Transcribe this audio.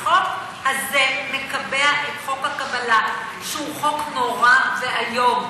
החוק הזה מקבע את חוק הקבלה, שהוא חוק נורא ואיום.